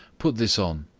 put this on,